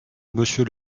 monsieur